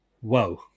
Whoa